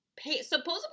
supposedly